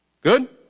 Good